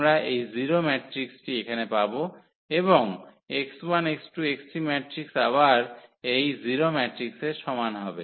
আমরা এই 0 ম্যাট্রিক্সটি এখানে পাব এবং আবার এই 0 ম্যাট্রিক্সের সমান হবে